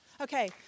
Okay